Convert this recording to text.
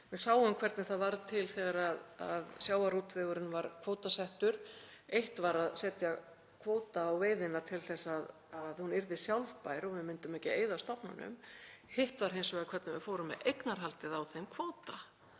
Við sáum hvernig það varð til þegar sjávarútvegurinn var kvótasettur. Eitt var að setja kvóta á veiðina til að hún yrði sjálfbær og við myndum ekki að eyða stofnunum. Hitt var hins vegar hvernig við fórum með eignarhaldið á þeim kvóta.